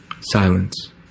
Silence